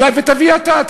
ותביא אתה,